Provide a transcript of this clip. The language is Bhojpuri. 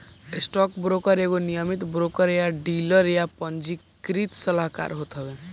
स्टॉकब्रोकर एगो नियमित ब्रोकर या डीलर या पंजीकृत सलाहकार होत हवे